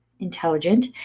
intelligent